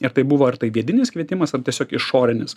ar tai buvo ar tai vidinis kvietimas ar tiesiog išorinis